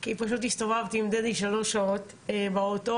כי פשוט הסתובבתי עם דדי שלוש שעות באוטו,